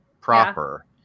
proper